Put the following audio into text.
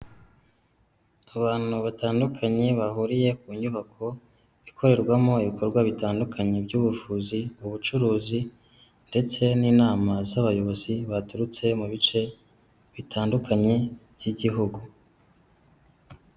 Abantu batandukanye bahuriye ku nyubako ikorerwamo ibikorwa bitandukanye by'ubuvuzi, mu bucuruzi ndetse n'inama z'abayobozi baturutse mu bice bitandukanye by'igihugu.